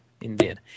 indeed